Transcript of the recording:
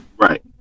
right